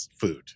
food